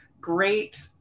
great